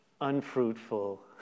unfruitful